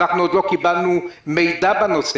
אנחנו עוד לא קיבלנו מידע בנושא.